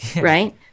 Right